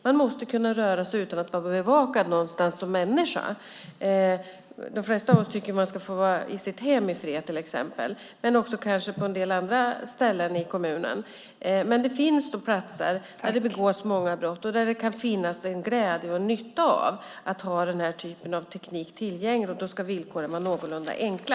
Man måste som människa kunna röra sig utan att vara bevakad överallt. De flesta av oss tycker att man ska få vara i fred i sitt hem, till exempel. Det gäller kanske också en del andra ställen i kommunen. Men det finns platser där det begås många brott och där det kan finnas en glädje och en nytta i att ha den här typen av teknik tillgänglig. Då ska villkoren vara någorlunda enkla.